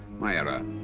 my error.